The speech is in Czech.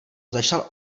začal